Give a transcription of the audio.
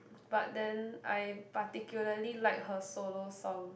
but then I particularly like her solo song